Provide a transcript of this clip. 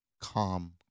calm